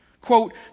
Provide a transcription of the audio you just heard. Quote